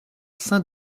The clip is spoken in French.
saint